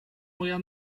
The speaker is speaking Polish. moja